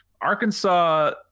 Arkansas